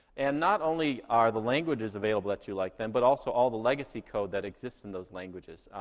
and not only are the languages available that you like then, but also all the legacy code that exists in those languages.